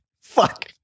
Fuck